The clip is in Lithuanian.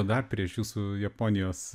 dar prieš jūsų japonijos